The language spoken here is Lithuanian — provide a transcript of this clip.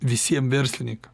visiem verslininkam